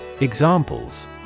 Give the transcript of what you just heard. Examples